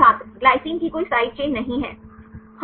छात्र ग्लाइसिन की कोई साइड चेन नहीं है